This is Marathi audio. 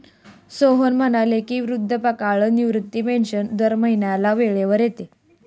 सोहन म्हणाले की, वृद्धापकाळ निवृत्ती पेन्शन दर महिन्याला वेळेवर येते